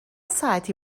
ساعتی